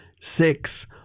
Six